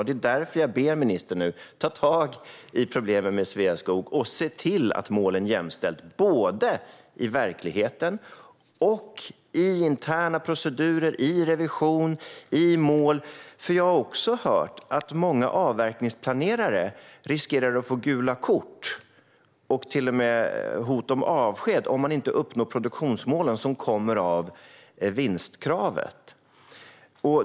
Det är därför som jag nu ber ministern att ta tag i problemen med Sveaskog och se till att målen jämställs i verkligheten, i interna procedurer och i revision. Jag har nämligen också hört att många avverkningsplanerare riskerar att få gula kort och till och med fått hot om avsked om de inte uppnår produktionsmålen som kommer av vinstkravet.